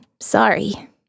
sorry